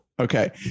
Okay